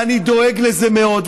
אני דואג לזה מאוד,